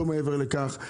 לא מעבר לכך.